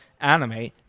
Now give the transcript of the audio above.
anime